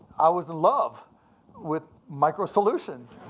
i was in love with microsolutions.